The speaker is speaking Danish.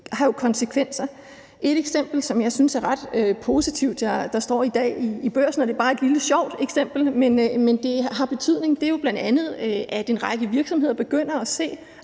har konsekvenser. Et eksempel, som jeg synes er ret positivt, som står i dag i Børsen – og det er bare et lille, sjovt eksempel, men det har betydning – er, at en række virksomheder begynder at se